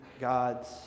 God's